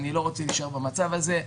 אני לא רוצה להישאר במצב הזה,